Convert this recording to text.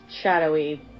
shadowy